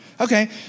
Okay